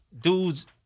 dudes